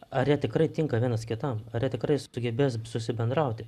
ar jie tikrai tinka vienas kitam ar jie tikrai sugebės susibendrauti